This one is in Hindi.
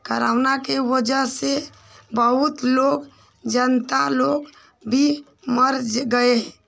कोरोना की वज़ह से बहुत लोग जनता लोग भी मर गए